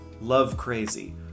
love-crazy